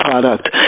product